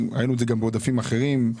ראינו את זה גם בעודפים אחרים.